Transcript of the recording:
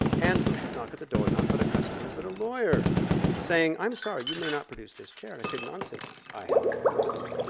and who should knock at the door, not but a customer, but a lawyer saying i'm sorry you may not produce this chair, and i say nonsense i have the patent.